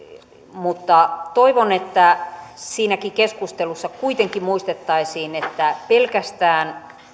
mutta toivon että siinäkin keskustelussa kuitenkin muistettaisiin että pelkästään